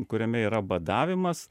kuriame yra badavimas